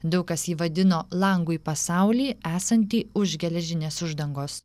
daug kas jį vadino langu į pasaulį esantį už geležinės uždangos